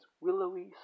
willowy